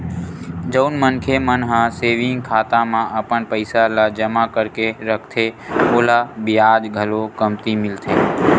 जउन मनखे मन ह सेविंग खाता म अपन पइसा ल जमा करके रखथे ओला बियाज घलो कमती मिलथे